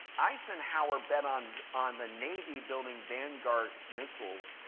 eisenhower bet on on the navy building vanguard missiles.